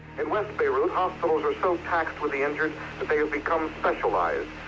in west beirut, hospitals are so packed with the injured that they have become specialized.